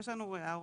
יש לנו הערות